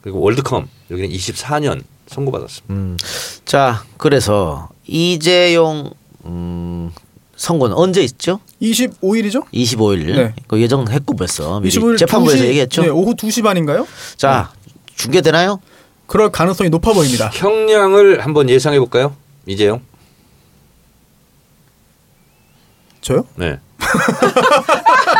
그리고 월드컵, 여기는 24년 선고받았습니다. 음. 자, 그래서 이재용, 음, 선고는 언제 있죠? 25일이죠? 25일. 네. 그 예정했고 벌써 미리 25일 재판부에서 2시- 얘기했죠? 네, 오후 2시 반인가요? 자, 네. 중계되나요? 그럴 가능성이 높아 보입니다. 형량을 한번 예상해볼까요? 이재용. 저요? 네.